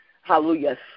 hallelujah